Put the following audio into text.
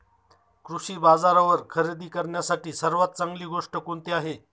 कृषी बाजारावर खरेदी करण्यासाठी सर्वात चांगली गोष्ट कोणती आहे?